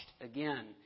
again